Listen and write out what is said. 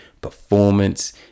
performance